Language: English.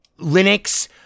Linux